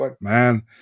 Man